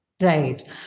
Right